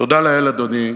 תודה לאל, אדוני,